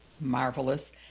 marvelous